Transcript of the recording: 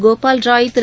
Gopal Rai Thiru